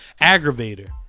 aggravator